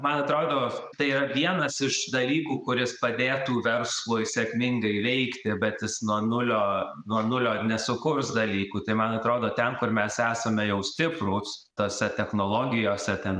man atrodo tai vienas iš dalykų kuris padėtų verslui sėkmingai veikti bet jis nuo nulio nuo nulio nesukurs dalykų tai man atrodo ten kur mes esame jau stiprūs tose technologijose ten